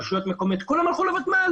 רשויות מקומיות שכולם הלכו לוותמ"ל